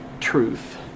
truth